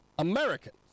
Americans